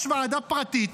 יש ועדה פרטית,